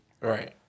Right